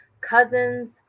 cousins